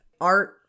art